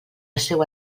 seua